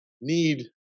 need